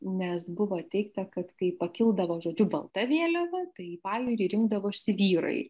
nes buvo teigta kad kai pakildavo žodžiu balta vėliava tai į pajūrį rinkdavosi vyrai